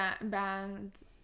bands